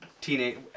teenage